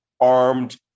armed